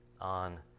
on